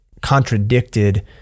contradicted